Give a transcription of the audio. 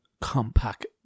compact